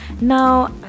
Now